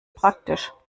praktisch